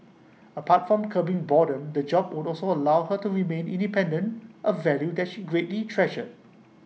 apart from curbing boredom the job would also allow her to remain independent A value that she greatly treasured